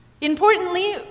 Importantly